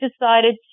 decided